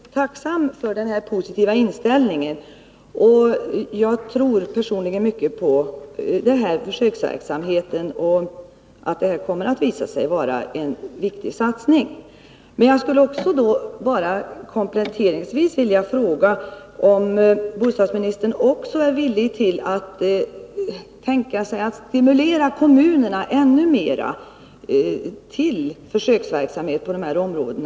Herr talman! Jag är tacksam för den positiva inställningen. Jag tror personligen mycket på att försöksverksamheten kommer att visa sig vara en riktig satsning. Kompletteringsvis skulle jag vilja fråga om bostadsministern också kan tänka sig att ännu mera stimulera kommunerna att bedriva försöksverksamhet på det här området.